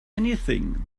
anything